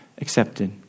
accepted